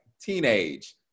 teenage